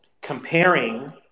comparing